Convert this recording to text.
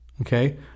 Okay